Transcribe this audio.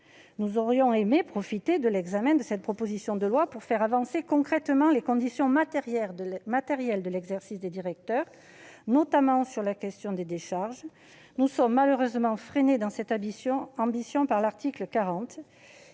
Nous aurions aimé profiter de l'examen de cette proposition de loi pour faire avancer concrètement les conditions matérielles d'exercice de la fonction de directeur, notamment sur la question des décharges. Nous sommes malheureusement freinés dans cette ambition par l'article 40